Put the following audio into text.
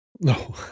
No